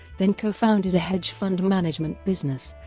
then co-founded a hedge fund management business,